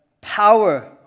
power